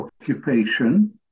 occupation